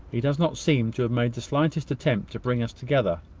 he does not seem to have made the slightest attempt to bring us together.